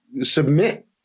submit